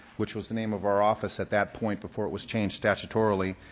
which was the name of our office at that point before it was changed statutorily,